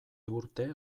urte